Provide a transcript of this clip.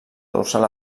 dorsal